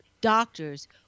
doctors